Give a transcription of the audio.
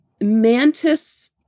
mantis